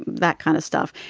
that kind of stuff,